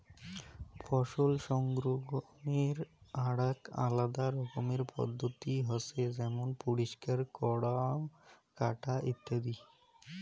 ফসল সংগ্রহনের আরাক আলাদা রকমের পদ্ধতি হসে যেমন পরিষ্কার করাঙ, কাটা ইত্যাদি